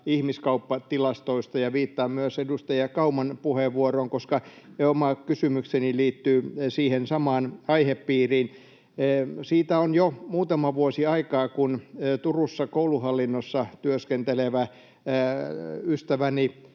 ihmiskauppatilastoista, ja viittaan myös edustaja Kauman puheenvuoroon, koska oma kysymykseni liittyy siihen samaan aihepiiriin. Siitä on jo muutama vuosi aikaa, kun Turussa kouluhallinnossa työskentelevä ystäväni